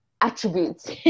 attributes